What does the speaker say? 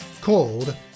called